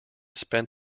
spent